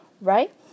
right